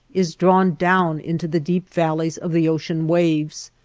is drawn down into the deep valleys of the ocean waves,